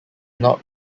not